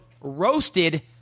ROASTED